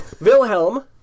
Wilhelm